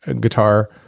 guitar